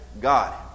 God